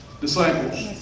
disciples